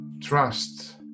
Trust